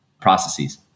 processes